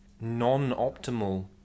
non-optimal